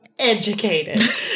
educated